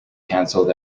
canceled